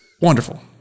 wonderful